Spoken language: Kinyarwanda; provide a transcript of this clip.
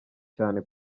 cyane